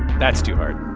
that's too hard